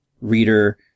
reader